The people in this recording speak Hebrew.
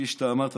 כפי שאתה אמרת,